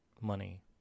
money